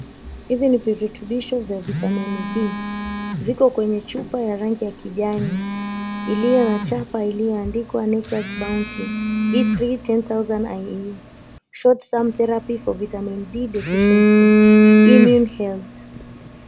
Hivi ni viruthubisho vya "vitamin D" viko kwenye chupa ya rangi ya kijani iliyo na chapa iliyoandikwa, "Nature's Bounting D310000IAU Short Term Therapy for Vitamin D Deficiency Immune Health."